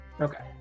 Okay